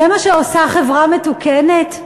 זה מה שעושה חברה מתוקנת?